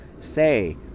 say